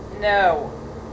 No